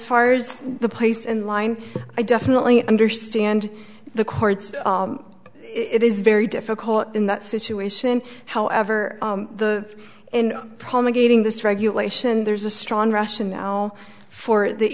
far as the place in line i definitely understand the courts it is very difficult in that situation however the promulgating this regulation there's a strong russia now for the